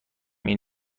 این